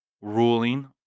ruling